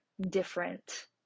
different